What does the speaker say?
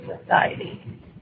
society